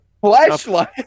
Flashlight